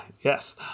Yes